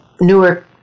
Newark